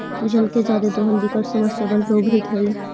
जल के जादे दोहन विकट समस्या बनके उभरित हई